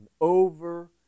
over